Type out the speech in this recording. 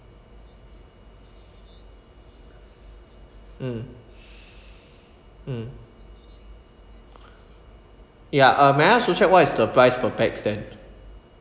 mm mm ya uh may I ask to check what is the price per pax then